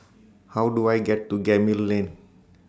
How Do I get to Gemmill Lane